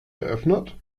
geöffnet